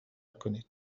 کنید